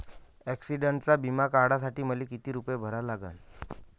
ॲक्सिडंटचा बिमा काढा साठी मले किती रूपे भरा लागन?